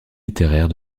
littéraires